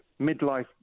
midlife